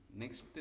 Next